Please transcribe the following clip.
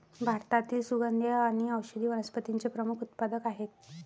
भारतातील सुगंधी आणि औषधी वनस्पतींचे प्रमुख उत्पादक आहेत